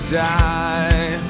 die